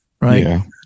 right